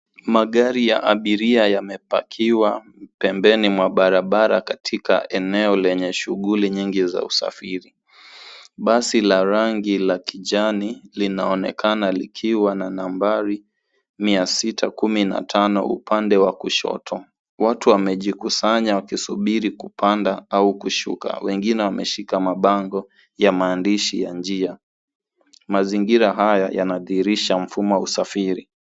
Magari ya abiria yamepakiwa pembeni mwa barabara katika eneo lenye shughuli nyingi za usafiri. Basi la rangi la kijani linaonekana likiwa na nambari mia sita kumi na tano. Upande wa kushoto, watu wamejikusanya wakisubiri kupanda au kushuka. Wengine wameshika mabango ya maandishi ya njia. Mazingira haya yanadhihirisha mfumo wa usafiri.